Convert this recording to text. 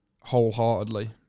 wholeheartedly